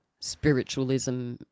spiritualism